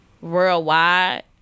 worldwide